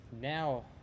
now